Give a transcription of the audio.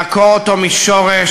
לעקור אותו משורש.